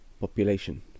population